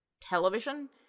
television